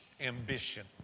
ambition